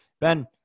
Ben